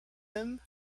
him